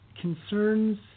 concerns